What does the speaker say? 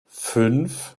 fünf